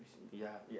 ya